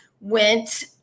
went